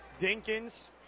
Dinkins